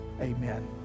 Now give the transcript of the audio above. Amen